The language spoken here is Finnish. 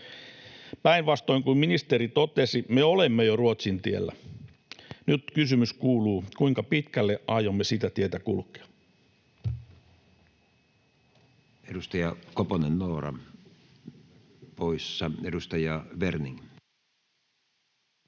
Päinvastoin kuin ministeri totesi, me olemme jo Ruotsin tiellä. Nyt kysymys kuuluu: kuinka pitkälle aiomme sitä tietä kulkea? [Speech 138] Speaker: